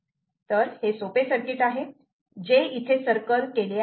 तर हे सोपे सर्किट आहे जे इथे सर्कल केले आहे